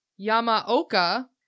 Yamaoka